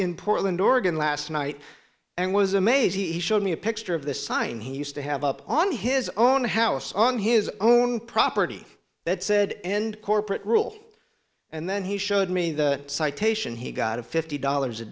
in portland oregon last night and was amazed he showed me a picture of the sign he used to have up on his own house on his own property that said end corporate rule and then he showed me the citation he got of fifty dollars a